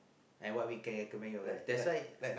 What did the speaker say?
and what we can recommend as well that's why